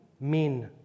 men